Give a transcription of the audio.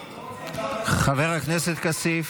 חבר הכנסת כסיף.